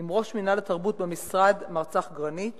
עם ראש מינהל התרבות במשרד, מר צח גרניט,